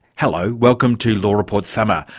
hello welcome to law report summer,